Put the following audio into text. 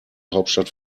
hauptstadt